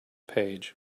page